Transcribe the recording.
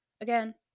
again